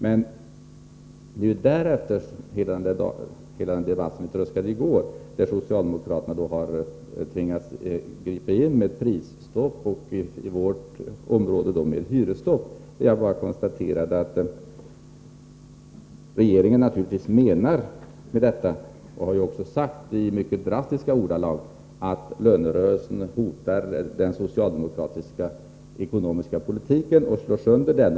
Men det är — och det framgick ju av den långa debatt som vi hade i går — på grund av vad som hänt därefter, då socialdemokraterna tvingats gripa in med prisstopp och inom vårt område med hyresstopp, som man kan konstatera att regeringen naturligtvis menar, och också har sagt i mycket drastiska ordalag, att lönerörelsen hotar den socialdemokratiska ekonomiska politiken och slår sönder den.